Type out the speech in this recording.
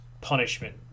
punishment